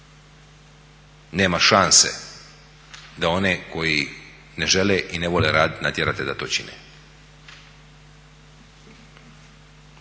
Nema šanse da one koji ne žele i ne vole raditi natjerate da to čine.